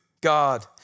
God